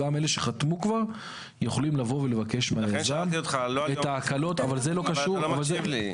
גם אלה שחתמו כבר יכולים לבקש מהיזם את ההקלות --- אתה לא מקשיב לי.